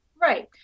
right